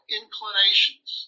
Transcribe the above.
inclinations